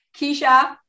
Keisha